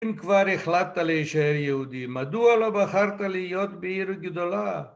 אם כבר החלטת להישאר יהודי, מדוע לא בחרת להיות בעיר גדולה?